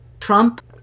Trump